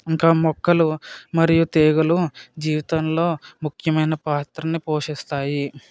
ఇంకా మొక్కలు మరియు తీగలు జీవితంలో ముఖ్యమైన పాత్రని పోషిస్తాయి